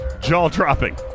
jaw-dropping